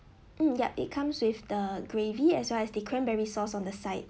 mm yup it comes with the gravy as well as the cranberry sauce on the side